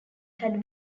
had